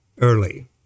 early